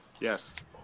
Yes